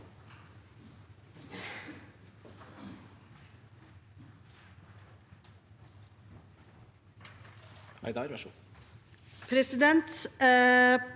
Presidenten